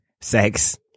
sex